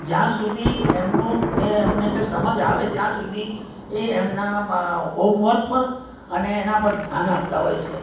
જ્યાં સુધી એમનું એ એમને કે સમજ આવે ત્યાં સુધી એ એમનાં હોમવર્ક પર અને એના પર ધ્યાન આપતા હોય છે